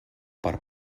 per